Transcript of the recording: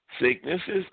Sicknesses